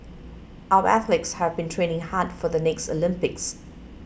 our athletes have been training hard for the next Olympics